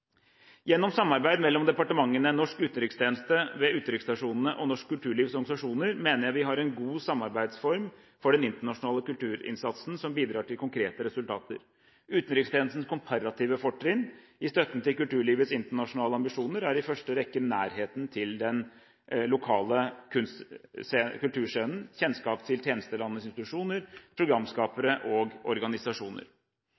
Gjennom samarbeid mellom departementene, norsk utenrikstjeneste ved utenriksstasjonene og norsk kulturlivs organisasjoner mener jeg vi har en god samarbeidsform for den internasjonale kulturinnsatsen som bidrar til konkrete resultater. Utenrikstjenestens komparative fortrinn i støtten til kulturlivets internasjonale ambisjoner er i første rekke nærheten til den lokale kulturscenen, kjennskap til tjenestelandenes institusjoner,